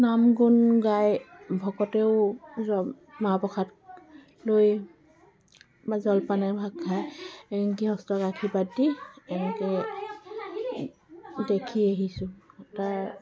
নাম গুন গাই ভকতেও মাহ প্ৰসাদ লৈ বা জলপান এভাগ খাই গৃহস্থক আশীৰ্বাদ দি এনেকৈ দেখি আহিছোঁ তাৰ